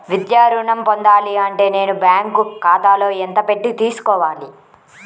విద్యా ఋణం పొందాలి అంటే నేను బ్యాంకు ఖాతాలో ఎంత పెట్టి తీసుకోవాలి?